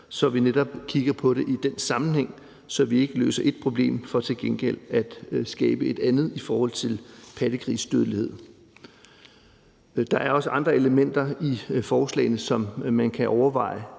så vi netop kigger på det i den sammenhæng, så vi ikke løser ét problem for til gengæld at skabe et andet i forhold til pattegrisedødelighed. Der er også andre elementer i forslagene, som man kan overveje,